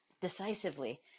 decisively